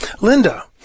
Linda